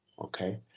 Okay